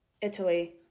Italy